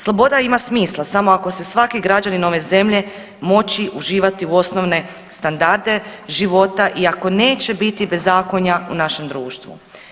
Sloboda ima smisla samo ako se svaki građanin ove zemlje moći uživati u osnovne standarde života i ako neće biti bezakonja u našem društvu.